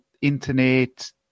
internet